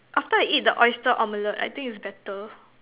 after I eat the oyster omelette I think it's better